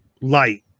light